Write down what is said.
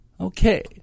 Okay